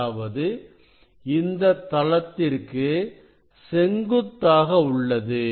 அதாவது இந்த தளத்திற்கு செங்குத்தாக உள்ளது